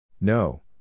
No